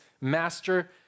master